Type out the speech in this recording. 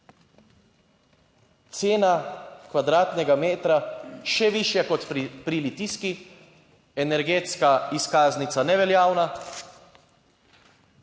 Cena kvadratnega metra še višja kot pri Litijski, energetska izkaznica neveljavna,